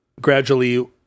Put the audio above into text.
gradually